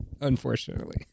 Unfortunately